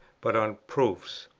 but on proofs.